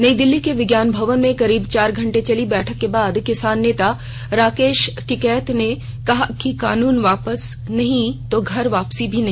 नई दिल्ली के विज्ञान भवन में करीब चार घंटे चर्ली बैठक के बाद किसान नेता राकेश टिकैत ने कहा कि कानून वापसी नहीं तो घर वापसी भी नहीं